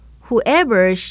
Whoever